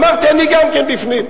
אמרתי: אני גם כן בפנים.